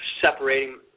separating